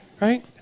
Right